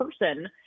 person